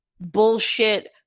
Bullshit